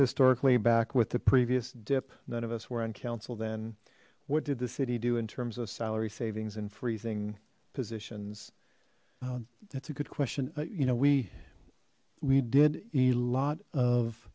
historically back with the previous dip none of us were uncounseled then what did the city do in terms of salary savings and freezing positions that's a good question you know we we did a lot of